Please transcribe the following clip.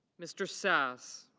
mr. sasse.